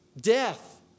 death